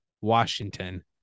Washington